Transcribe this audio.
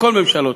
לכל הממשלות